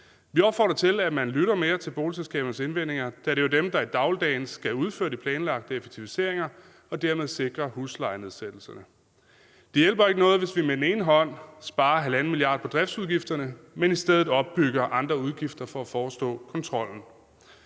Vi opfordrer til, at man lytter mere til boligselskabernes indvendinger, da det jo er dem, der i dagligdagen skal udføre de planlagte effektiviseringer og dermed sikre huslejenedsættelser. Det hjælper ikke noget, hvis vi med den ene hånd sparer 1,5 mia. kr. på driftsudgifterne, men i stedet opbygger andre udgifter for at forestå kontrollen.